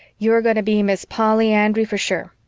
you're going to be miss polly andry for sure.